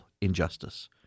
injustice